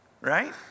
right